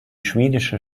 schwedische